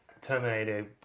Terminator